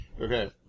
Okay